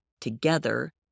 together